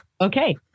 Okay